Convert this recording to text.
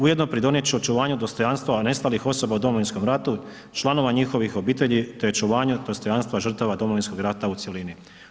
Ujedno pridonijet će očuvanju dostojanstva nestalih osoba u Domovinskom ratu, članova njihovih obitelji te očuvanju dostojanstva žrtava Domovinskog rata u cjelini.